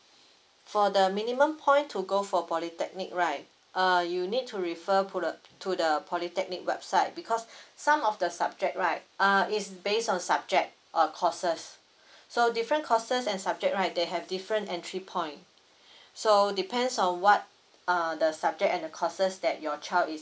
for the minimum point to go for polytechnic right uh you need to refer to the to the polytechnic website because some of the subject right uh it's based on subject or courses so different courses and subject right they have different entry point so depends on what uh the subject and the courses that your child is